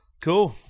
Cool